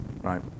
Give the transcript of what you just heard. right